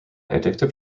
addictive